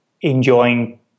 enjoying